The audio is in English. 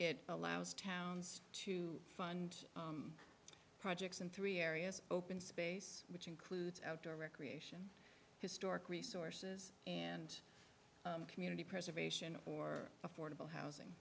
it allows towns to fund projects in three areas open space which includes outdoor recreation historic resources and community preservation or affordable housing